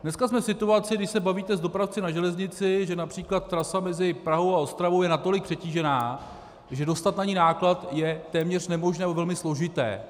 Dneska jsme v situaci, když se bavíte s dopravci na železnici, že například trasa mezi Prahou a Ostravou je natolik přetížená, že dostat na ni náklad je téměř nemožné, nebo velmi složité.